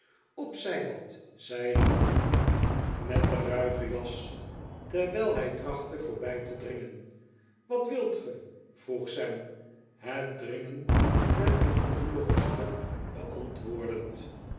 op zij wat zei de man met de ruige jas terwijl hij trachtte voorbij te dringen wat wilt ge vroeg sam het dringen met een gevoeligen stomp beantwoordend